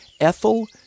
Ethel